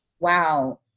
wow